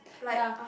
ya